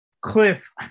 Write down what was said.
Cliff